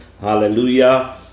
hallelujah